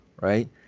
right